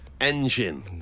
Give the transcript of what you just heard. Engine